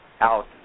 out